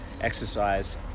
exercise